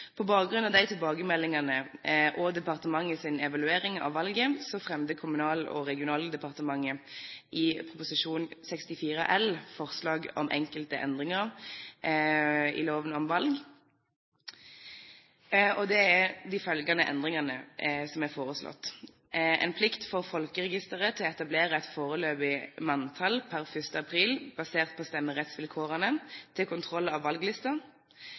På bakgrunn av de tilbakemeldingene og departementets evaluering av valget fremmet Kommunal- og regionaldepartementet i Prop. 64 L forslag om enkelte endringer i loven om valg, og det er de følgende endringer som er foreslått: En plikt for folkeregisteret til å etablere et foreløpig manntall per 1. april, basert på stemmerettsvilkårene, til kontroll av